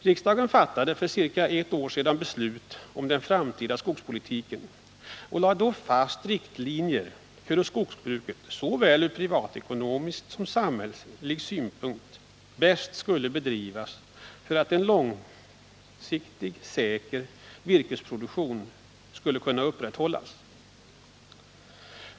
Riksdagen fattade för ca ett år sedan beslut om den framtida skogspolitiken och lade då fast riktlinjer för hur skogsbruket ur såväl privatekonomisk som samhällelig synpunkt bäst skulle bedrivas för att en långsiktigt säker virkesproduktion skulle kunna upprätthållas.